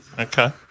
Okay